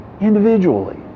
individually